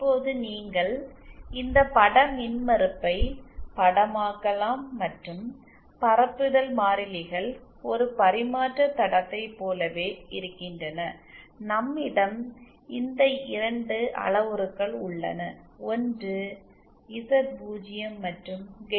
இப்போது நீங்கள் இந்த பட மின்மறுப்பை படமாக்கலாம் மற்றும் பரப்புதல் மாறிலிகள் ஒரு பரிமாற்ற தடத்தை போலவே இருக்கின்றன நம்மிடம் இந்த இரண்டு அளவுருக்கள் உள்ளன ஒன்று Z0 மற்றும் கெயின்